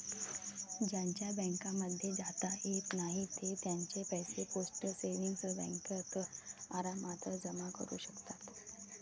ज्यांना बँकांमध्ये जाता येत नाही ते त्यांचे पैसे पोस्ट सेविंग्स बँकेत आरामात जमा करू शकतात